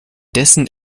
dessen